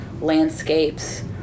landscapes